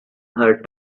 her